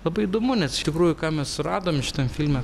labai įdomu nes iš tikrųjų ką mes radom šitam filme